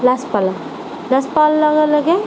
লাজ পালে লাজ পোৱাৰ লগে লগে